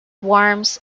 warms